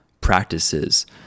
practices